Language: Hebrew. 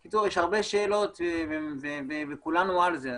בקיצור, יש הרבה שאלות וכולנו על זה.